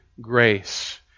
grace